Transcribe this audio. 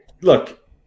look